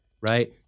right